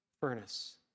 furnace